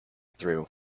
through